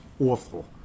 awful